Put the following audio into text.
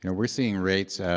you know we're seeing rates